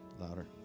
Louder